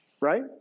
right